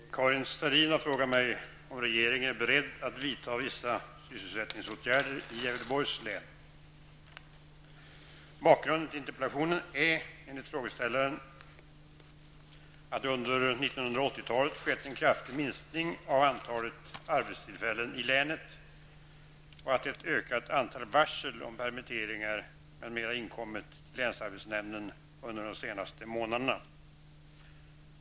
Herr talman! Karin Starrin har frågat mig om regeringen är beredd att vidta vissa sysselsättningsåtgärder i Gävleborgs län. Bakgrunden till interpellationen är, enligt frågeställaren, att det under 1980-talet skett en kraftig minskning av antalet arbetstillfällen i länet och att ett ökat antal varsel om permitteringar m.m. inkommit till länsarbetsnämnden under de senaste månaderna.